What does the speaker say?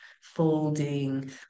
folding